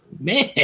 Man